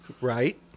Right